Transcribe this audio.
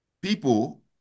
people